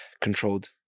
controlled